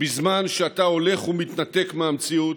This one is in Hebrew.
בזמן שאתה הולך ומתנתק מהמציאות.